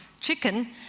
chicken